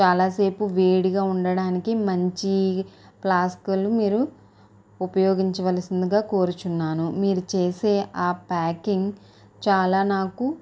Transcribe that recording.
చాలాసేపు వేడిగా ఉండడానికి మంచి ప్లాస్కులు మీరు ఉపయోగించవలసిందిగా కోరుచున్నాను మీరు చేసే ఆ ప్యాకింగ్ చాలా నాకు